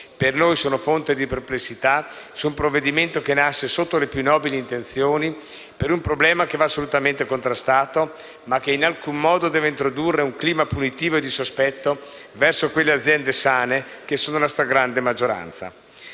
per noi sono fonte di perplessità su un provvedimento che nasce sotto le più nobili intenzioni per un problema che va assolutamente contrastato, ma che in alcun modo deve introdurre un clima punitivo e di sospetto verso le aziende sane, che sono la stragrande maggioranza.